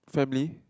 family